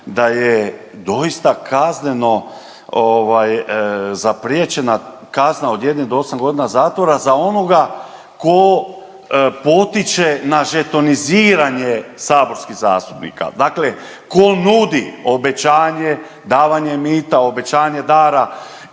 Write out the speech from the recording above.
da je doista kazneno zapriječena kazna od 1-8 godina zatvora za onoga tko potiče na žetoniziranje saborskih zastupnika. Dakle, tko nudi obećanje, davanje mita, obećanje dara